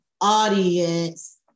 audience